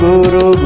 Guru